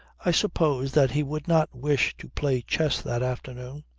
i supposed that he would not wish to play chess that afternoon.